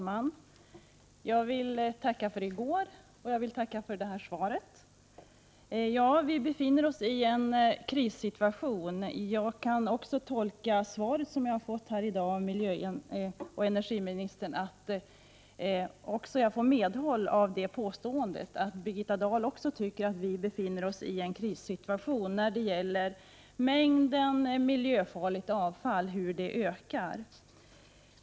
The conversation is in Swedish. Herr talman! Jag tackar dels för i går, dels för detta svar. Vi befinner oss i en krissituation. Det svar som jag har fått i dag av miljöoch energiministern kan tolkas som ett instämmande på den punkten vad gäller mängden miljöfarligt avfall, som bara ökar.